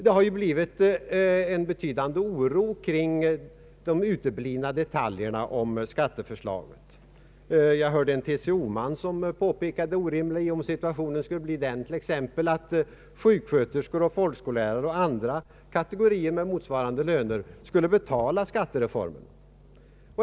Det har uppstått en betydande oro kring de uteblivna detaljerna i skatteförslaget. En TCO-man påpekade det orimliga i en situation där exempelvis sjuksköterskor, folkskollärare och andra kategorier med motsvarande löner skulle betala skattereformen.